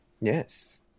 Yes